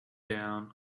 down